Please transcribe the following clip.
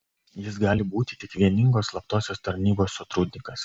jis gali būti tik vieningos slaptosios tarnybos sotrudnikas